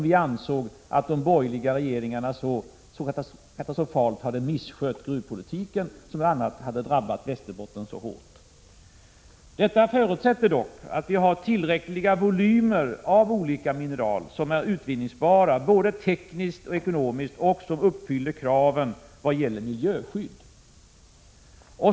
Vi ansåg att de borgerliga regeringarna hade misskött gruvpolitiken katastrofalt, vilket hade drabbat bl.a. Västerbotten mycket hårt. Det här förutsätter dock att vi har tillräckliga volymer av olika mineral som är utvinningsbara, både tekniskt och ekonomiskt, och som uppfyller kraven i vad gäller miljöskydd.